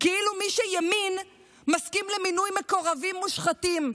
כאילו מי שימין מסכים למינוי מקורבים מושחתים,